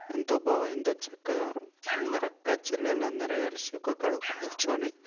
ఎంతో బాగా ఎంతో చక్కగా అందరక్కాచెల్లెలందరు కలిసి ఒకకాడ కూర్చొని